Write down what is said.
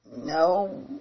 No